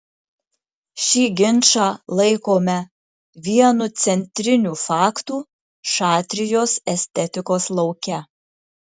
šį ginčą laikome vienu centrinių faktų šatrijos estetikos lauke